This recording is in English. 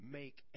make